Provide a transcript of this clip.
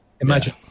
imagine